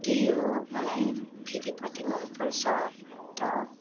त्यही हो मलाई खेतीपाती मनपर्छ ट